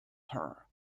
her